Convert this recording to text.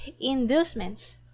inducements